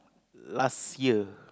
last year